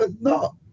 No